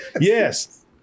Yes